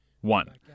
one